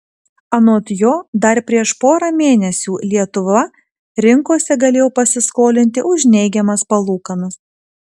anot jo dar prieš porą mėnesių lietuva rinkose galėjo pasiskolinti už neigiamas palūkanas